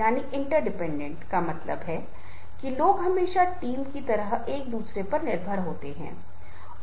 number एक यह है कि उसके पास एक प्रेरणा होनी चाहिए